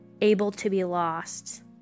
able-to-be-lost